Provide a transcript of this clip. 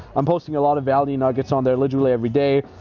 i'm posting a lot of value nuggets on there literally every day.